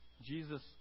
Jesus